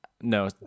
No